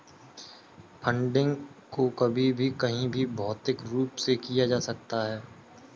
funding को कभी भी कहीं भी भौतिक रूप से किया जा सकता है